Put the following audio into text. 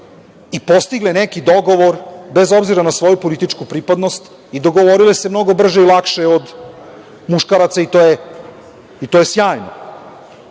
i postigle neki dogovor, bez obzira na svoju političku pripadnost i dogovorile se mnogo brže i lakše od muškaraca i to je sjajno. Ja